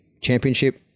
Championship